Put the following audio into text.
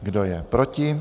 Kdo je proti?